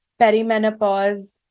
perimenopause